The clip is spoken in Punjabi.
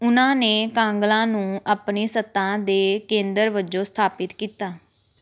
ਉਨ੍ਹਾਂ ਨੇ ਕਾਂਗਲਾ ਨੂੰ ਆਪਣੀ ਸੱਤਾ ਦੇ ਕੇਂਦਰ ਵਜੋਂ ਸਥਾਪਿਤ ਕੀਤਾ